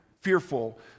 fearful